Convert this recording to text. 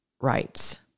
rights